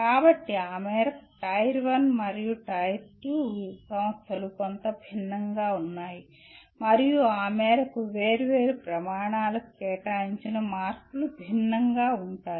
కాబట్టి ఆ మేరకు టైర్ 1 మరియు టైర్ 2 సంస్థలు కొంత భిన్నంగా ఉంటాయి మరియు ఆ మేరకు వేర్వేరు ప్రమాణాలకు కేటాయించిన మార్కులు భిన్నంగా ఉంటాయి